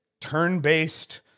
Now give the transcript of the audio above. turn-based